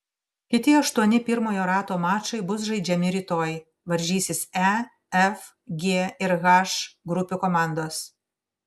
kiti aštuoni pirmojo rato mačai bus žaidžiami rytoj varžysis e f g ir h grupių komandos